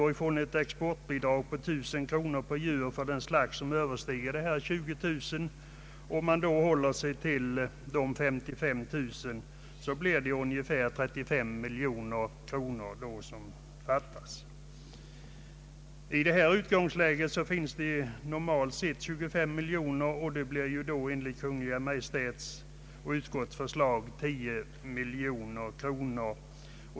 Med ett exportbidrag på 1000 kronor per djur på den slakt som överstiger 20000 djur blir det — om vi alltså utgår från att den totala nedslaktningen blir 55 000 djur — ungefär 35 miljoner kronor som fattas. Här finns då från början 25 miljoner kronor att tillgripa som bidrag för att täcka kostnaderna. Enligt Kungl. Maj:ts och utskottets förslag tillkommer sedan 10 miljoner kronor.